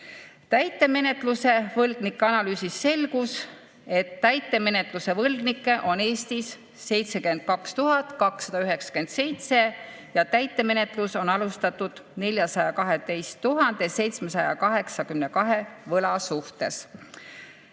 Täitemenetluse võlgnike analüüsist selgus, et täitemenetluse võlgnikke on Eestis 72 297 ja täitemenetlust on alustatud 412 782 võla